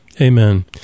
Amen